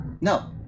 no